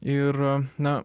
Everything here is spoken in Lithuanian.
ir na